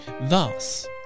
Thus